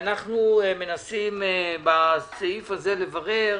ואנחנו מנסים בסעיף הזה לברר